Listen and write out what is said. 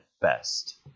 best